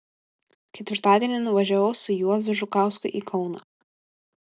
ketvirtadienį nuvažiavau su juozu žukausku į kauną